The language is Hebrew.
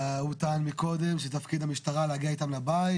הוא טען מקודם שתפקיד המשטרה להגיע איתם לבית,